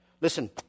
Listen